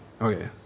Okay